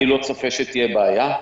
אני לא צופה שתהיה בעיה.